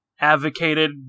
advocated